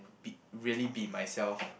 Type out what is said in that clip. be really be myself